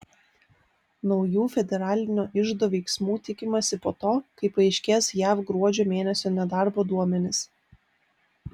naujų federalinio iždo veiksmų tikimasi po to kai paaiškės jav gruodžio mėnesio nedarbo duomenys